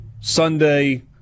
Sunday